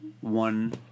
one –